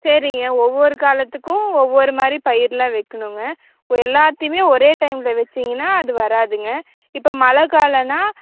சரிங்க ஒவ்வொரு காலத்துக்கும் ஒவ்வொரு மாதிரி பயிர் எல்லாம் வைக்கணுங்க இப்போ எல்லாத்தையுமே ஒரே டைமில் வச்சீங்கன்னா அது வராதுங்க இப்போ மழை காலம்ன்னா